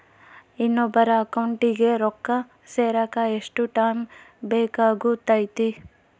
ಇನ್ನೊಬ್ಬರ ಅಕೌಂಟಿಗೆ ರೊಕ್ಕ ಸೇರಕ ಎಷ್ಟು ಟೈಮ್ ಬೇಕಾಗುತೈತಿ?